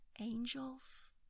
angels